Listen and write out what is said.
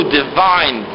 divine